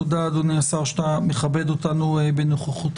תודה, אדוני השר, שאתה מכבד אותנו בנוכחותך.